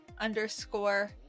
underscore